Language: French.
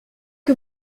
que